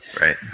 Right